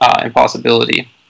impossibility